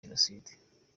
jenoside